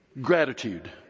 Gratitude